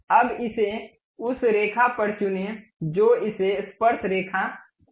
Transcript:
अब इसे उस रेखा पर चुनें जो इसे स्पर्शरेखा बनाती है